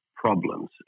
Problems